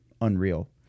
unreal